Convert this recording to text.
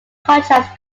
contrasts